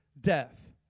death